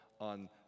on